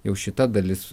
jau šita dalis